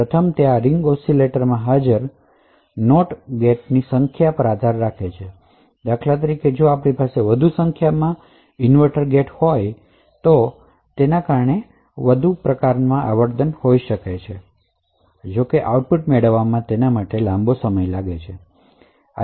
પ્રથમ તે આ રિંગ ઑસિલેટરમાં હાજર NOT ગેટ ની સંખ્યા પર આધારિત છે ઉદાહરણ તરીકે જો આપણીપાસે વધુ સંખ્યામાં ઇન્વર્ટર ગેટ હોય તો આવર્તન આ તરંગમાં હોઇ શકે કારણ કે સિગ્નલ આઉટપુટ માં જવા માટે લાંબો સમય લે છે